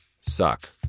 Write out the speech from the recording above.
suck